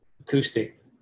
acoustic